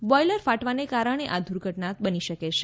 boiler ફાટવાને કારણે આ દુર્ઘટના થઇ હોઇ શકે છે